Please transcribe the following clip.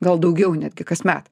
gal daugiau netgi kasmet